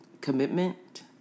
commitment